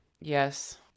Yes